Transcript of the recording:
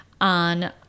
on